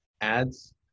ads